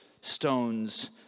stones